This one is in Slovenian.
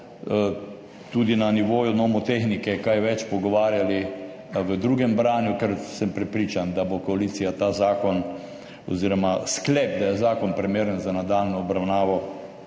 tudi na nivoju nomotehnike kaj več pogovarjali v drugem branju, ker sem prepričan, da bo koalicija sklep, da je zakon primeren za nadaljnjo obravnavo,